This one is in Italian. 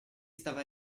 stava